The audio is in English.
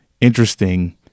interesting